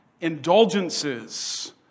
Indulgences